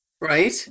right